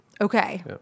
Okay